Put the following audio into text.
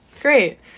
great